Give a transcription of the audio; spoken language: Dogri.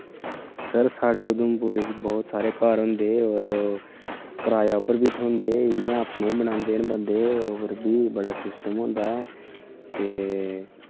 सर साढ़े उधमपुर च बोह्त सारे घर होंदे और कराए उप्पर बी थोह्ंदे इ'यां अपने बी बनांदे न बंदे और बी बड़ा सिस्टम होंदा ऐ ते